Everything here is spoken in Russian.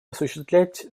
осуществлять